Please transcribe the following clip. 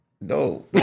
No